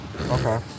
Okay